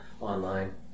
online